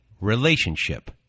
relationship